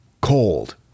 cold